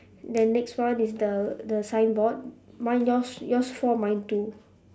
then next one is the the signboard mine yours yours four mine two